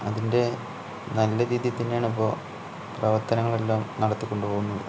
അതിന്റെ നല്ല രീതിയില് തന്നെയാണിപ്പോൾ പ്രവര്ത്തനങ്ങളെല്ലാം നടത്തിക്കൊണ്ട് പോകുന്നത്